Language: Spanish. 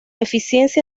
eficiencia